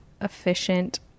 Efficient